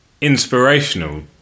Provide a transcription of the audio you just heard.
inspirational